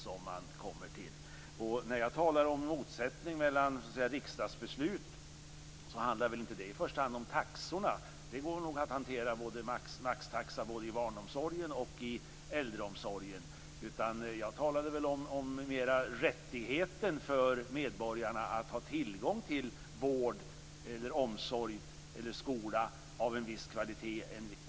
Motsättningar mellan riksdagsbeslut och det kommunala självstyret handlar inte i första hand om taxorna. Det går nog att hantera maxtaxor både i barnomsorgen och äldreomsorgen. Jag talade mera om medborgarnas rättighet att ha tillgång till vård, omsorg och skola av en viss kvalitet.